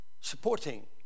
supporting